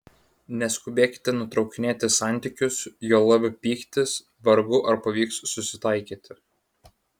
neskubėkite nutraukinėti santykius juolab pyktis vargu ar pavyks susitaikyti